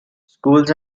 schools